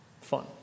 fun